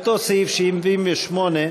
אותו סעיף, 78,